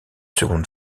seconde